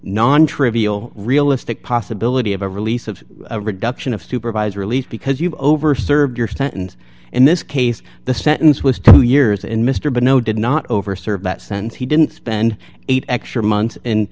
non trivial realistic possibility of a release of a reduction of supervised release because you've over served your sentence in this case the sentence was two years in mr but no did not over serve that sense he didn't spend eight extra months